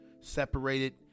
separated